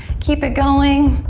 keep it going.